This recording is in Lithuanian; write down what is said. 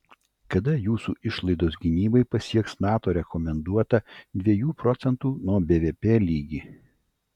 kada jūsų išlaidos gynybai pasieks nato rekomenduotą dviejų procentų nuo bvp lygį